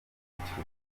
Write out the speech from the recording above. ikiruhuko